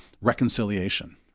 reconciliation